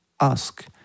Ask